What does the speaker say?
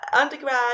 undergrad